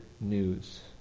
news